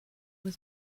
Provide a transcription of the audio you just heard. was